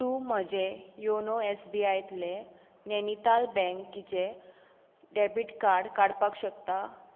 तूं म्हजें YONO S B आयतलें नैनीताल बँकीचें डॅबिट कार्ड काडपाक शकता